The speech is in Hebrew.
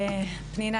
פנינה,